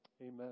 Amen